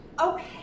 okay